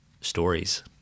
stories